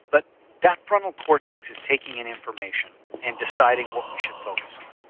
but that frontal cortex is taking in information and deciding what we should focus on.